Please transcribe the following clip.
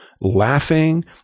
laughing